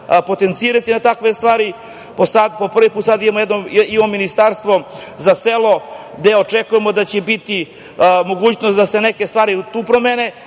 potencirati na takvim stvarima. Sad, po prvi put imamo jedno Ministarstvo za selo gde očekujemo da će biti mogućnosti da se neke stvari tu promene,